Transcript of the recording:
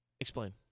Explain